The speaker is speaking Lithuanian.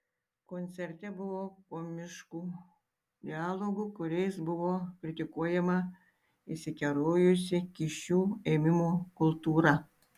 koncerte buvo komiškų dialogų kuriais buvo kritikuojama išsikerojusi kyšių ėmimo kultūra